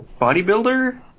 bodybuilder